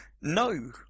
No